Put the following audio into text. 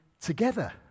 together